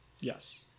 yes